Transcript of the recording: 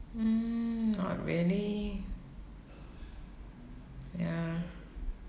mm not really ya